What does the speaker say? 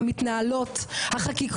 שלא מתנהל כאן,